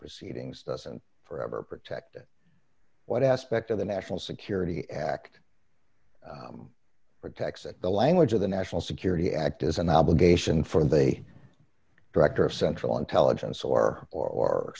proceedings doesn't forever protected what aspect of the national security act protects it the language of the national security act is an obligation for they are director of central intelligence or or